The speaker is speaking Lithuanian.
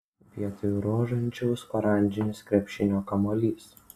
vietoj rožančiaus oranžinis krepšinio kamuolys